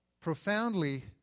profoundly